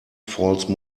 false